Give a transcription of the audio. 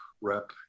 rep